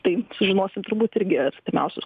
tai sužinosim turbūt irgi artimiausius